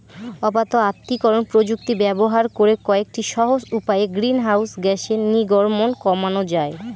অবাত আত্তীকরন প্রযুক্তি ব্যবহার করে কয়েকটি সহজ উপায়ে গ্রিনহাউস গ্যাসের নির্গমন কমানো যায়